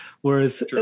Whereas